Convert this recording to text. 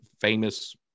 famous